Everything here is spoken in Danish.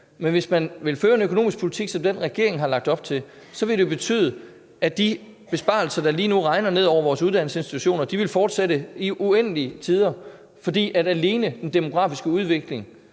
Men hvis man vil føre en økonomisk politik som den, regeringen har lagt op til, vil det betyde, at de besparelser, der lige nu regner ned over vores uddannelsesinstitutioner, vil fortsætte i uendelige tider, altså fordi alene den demografiske udvikling